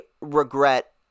regret